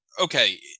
okay